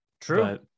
true